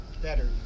better